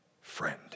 friend